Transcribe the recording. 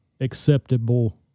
acceptable